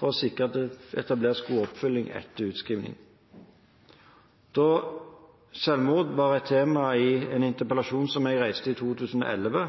for å sikre at det etableres god oppfølging etter utskriving. Da selvmord var et tema i en interpellasjon som jeg reiste i 2011,